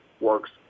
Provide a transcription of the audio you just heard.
works